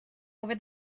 over